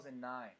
2009